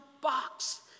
box